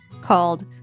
called